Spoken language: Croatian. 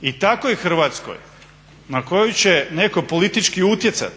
i takvoj Hrvatskoj na koju će netko politički utjecati